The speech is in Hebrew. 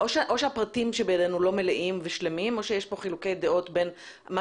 או שהפרטים שבידינו לא מלאים ושלמים או שיש פה חילוקי דעות בין מה